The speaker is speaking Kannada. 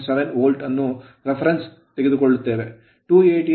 7 ವೋಲ್ಟ್ ಅದನ್ನು reference ಉಲ್ಲೇಖವಾಗಿ ತೆಗೆದುಕೊಳ್ಳಿ 288